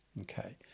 okay